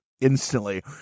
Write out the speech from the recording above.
instantly